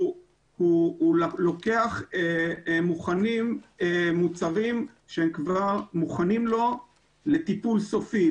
הוא לוקח מוצרים שהם כבר מוכנים לו לטיפול סופי,